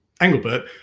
Engelbert